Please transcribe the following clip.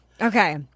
Okay